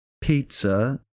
pizza